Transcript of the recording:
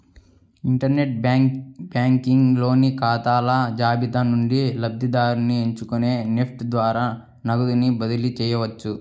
inter net banking లోని ఖాతాల జాబితా నుండి లబ్ధిదారుని ఎంచుకొని నెఫ్ట్ ద్వారా నగదుని బదిలీ చేయవచ్చు